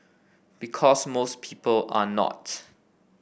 because most people are not